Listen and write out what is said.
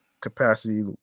capacity